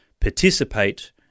participate